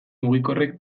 mugikorrek